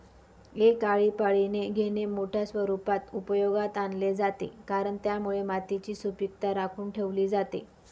एक आळीपाळीने घेणे मोठ्या स्वरूपात उपयोगात आणले जाते, कारण त्यामुळे मातीची सुपीकता राखून ठेवली जाते